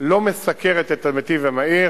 לא מסקרת את הנתיב המהיר,